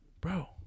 Bro